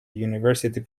university